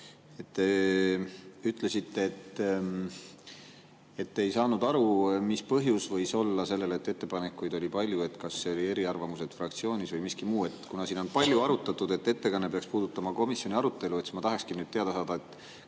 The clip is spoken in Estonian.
ütlesite, et te ei saanud aru, mis võis olla selle põhjus, et ettepanekuid oli palju, et kas see oli eriarvamuste tõttu fraktsioonis või miski muu. Kuna siin on palju arutatud, et ettekanne peaks puudutama komisjoni arutelu, siis ma tahakski nüüd teada saada,